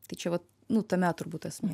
tai čia vat nu tame turbūt esmė